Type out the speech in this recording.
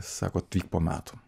sako ateik po metų